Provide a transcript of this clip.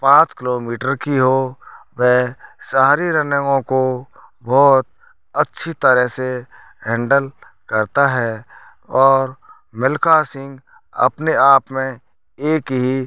पाँच किलोमीटर की हो वह सारी रनिंगों को बहुत अच्छी तरह से हेंडल करता है और मिल्खा सिंह अपने आप में एक ही